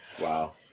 Wow